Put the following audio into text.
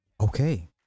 Okay